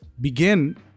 begin